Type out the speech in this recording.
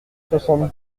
soixante